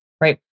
right